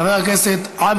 חבר הכנסת מסעוד גנאים,